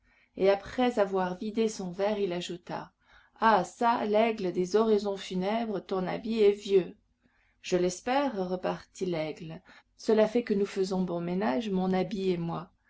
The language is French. et après avoir vidé son verre il ajouta ah ça laigle des oraisons funèbres ton habit est vieux je l'espère repartit laigle cela fait que nous faisons bon ménage mon habit et moi